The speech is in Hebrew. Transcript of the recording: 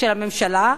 של הממשלה,